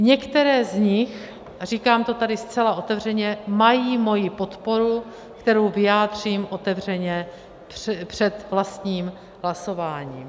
Některé z nich, a říkám to tady zcela otevřeně, mají moji podporu, kterou vyjádřím otevřeně před vlastním hlasováním.